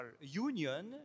union